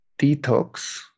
detox